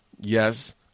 Yes